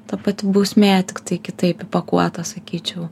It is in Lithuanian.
ta pati bausmė tiktai kitaip įpakuota sakyčiau